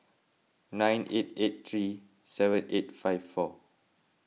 nine eight eight three seven eight five four